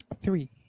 Three